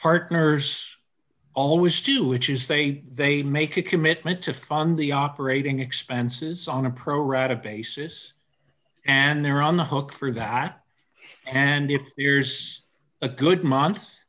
partners always do which is they they make a commitment to fund the operating expenses on a pro rata basis and they're on the hook for back and if there's a good month